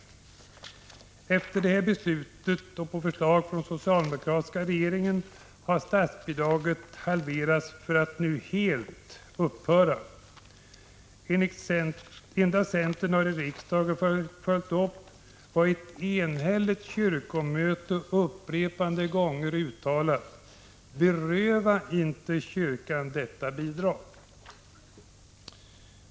Efter detta beslut och på förslag från den socialdemokratiska regeringen har statsbidraget först halverats för att nu helt upphöra. Endast centern har i riksdagen följt upp vad ett enhälligt kyrkomöte upprepade gånger uttalat: Beröva inte kyrkan detta bidrag!